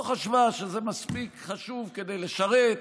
לא חשבה שזה מספיק חשוב כדי לשרת,